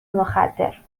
مخدر